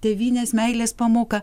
tėvynės meilės pamoka